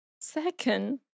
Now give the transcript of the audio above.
second